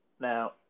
Now